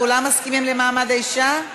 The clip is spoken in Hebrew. כולם מסכימים למעמד האישה?